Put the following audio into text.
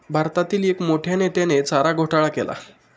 भारतातील एक मोठ्या नेत्याने चारा घोटाळा केला